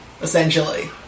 essentially